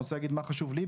אני רוצה להגיד מה חשוב לי,